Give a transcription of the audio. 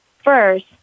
First